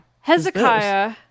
hezekiah